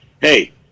Hey